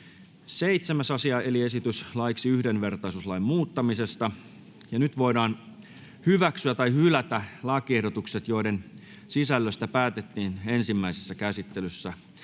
Toiseen käsittelyyn esitellään päiväjärjestyksen 5. asia. Nyt voidaan hyväksyä tai hylätä lakiehdotukset, joiden sisällöstä päätettiin ensimmäisessä käsittelyssä.